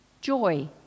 joy